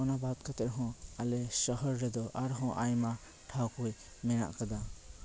ᱚᱱᱟ ᱵᱟᱫ ᱠᱟᱛᱮᱫ ᱦᱚᱸ ᱟᱞᱮ ᱥᱚᱦᱚᱨ ᱨᱮᱫᱚ ᱟᱨᱦᱚᱸ ᱟᱭᱢᱟ ᱴᱷᱟᱶ ᱠᱚ ᱢᱮᱱᱟᱜ ᱟᱠᱟᱫᱟ